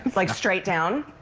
like straight down.